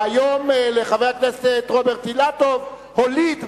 והיום חבר הכנסת רוברט אילטוב הוליד בן,